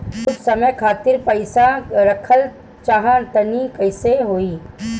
हम कुछ समय खातिर पईसा रखल चाह तानि कइसे होई?